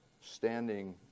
standing